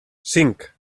cinc